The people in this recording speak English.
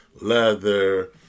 leather